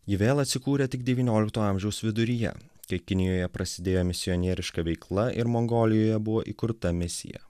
ji vėl atsikūrė tik devyniolikto amžiaus viduryje kai kinijoje prasidėjo misionieriška veikla ir mongolijoje buvo įkurta misija